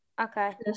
Okay